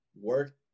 Work